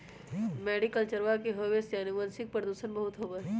मैरीकल्चरवा के होवे से आनुवंशिक प्रदूषण बहुत होबा हई